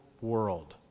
world